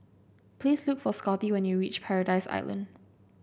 please look for Scotty when you reach Paradise Island